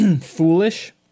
foolish